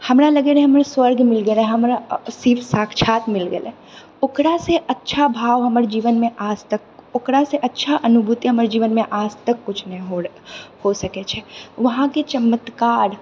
हमरा लगै रहै हमर स्वर्ग मिल गेलै हमरा शिव साक्षात् मिल गेलै ओकरासँ अच्छा भाव हमर जीवनमे आज तक ओकरासँ अच्छा अनुभूति हमर जीवनमे आज तक किछु नहि हो रहल हो सकै छै वहांके चमत्कार